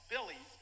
Billy